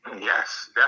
Yes